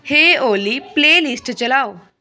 ਹੇ Oli playlist ਚਲਾਓ